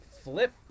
flip